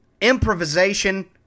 improvisation